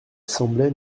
semblait